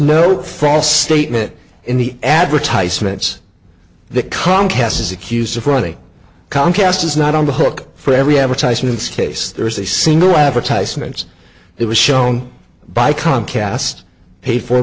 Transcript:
no false statement in the advertisements that comcast is accused of running comcast is not on the hook for every advertisements case there is a single advertisements it was shown by comcast paid for